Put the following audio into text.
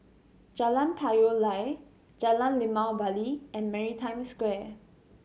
Jalan Payoh Lai Jalan Limau Bali and Maritime Square